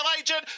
Agent